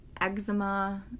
eczema